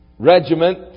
Regiment